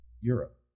Europe